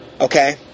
Okay